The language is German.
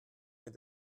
mit